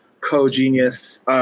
co-genius